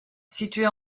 située